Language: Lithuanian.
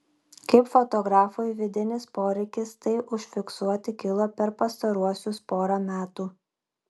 kaip fotografui vidinis poreikis tai užfiksuoti kilo per pastaruosius porą metų